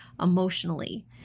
emotionally